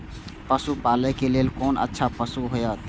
पशु पालै के लेल कोन अच्छा पशु होयत?